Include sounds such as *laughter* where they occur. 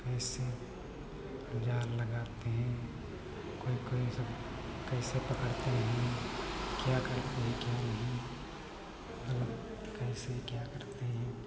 कैसे जाल लगाते हैं कोई कोई सब कैसो पकड़ते हैं क्या करते हैं क्या नहीं *unintelligible* और कैसे क्या करते हैं